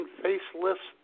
faceless